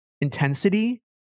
intensity